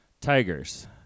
Tigers